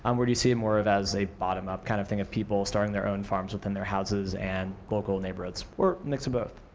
um or, do you see more of as a bottom-up kind of thing? of people starting their own farms within their houses and local neighborhoods? or, mix of both?